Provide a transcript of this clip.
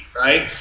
right